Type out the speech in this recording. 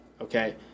Okay